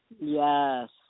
Yes